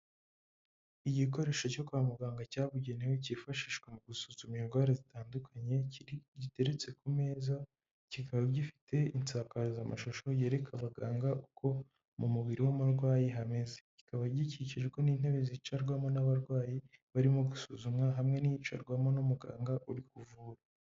Igikoresho cyo kwa muganga cyabugenewe cyifashishwa mu gusuzuma indwara zitandukanye giteretse ku meza, kikaba gifite insakazamashusho yereka abaganga uko mu mubiri w'umurwayi hameze. Kikaba gikikijwe n'intebe zicarwamo n'abarwayi barimo gusuzumwa hamwe n'iyicarwamo n'umuganga uri kuvura.